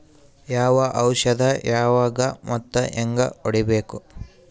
ಯಾವ ಔಷದ ಯಾವಾಗ ಮತ್ ಹ್ಯಾಂಗ್ ಹೊಡಿಬೇಕು?